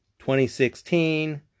2016